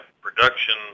production